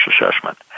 assessment